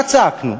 מה צעקנו?